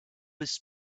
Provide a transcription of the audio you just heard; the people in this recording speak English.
was